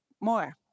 more